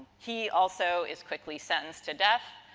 he also is quickly sentenced to death.